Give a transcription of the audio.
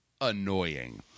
annoying